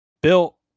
Bill